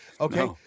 Okay